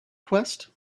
quest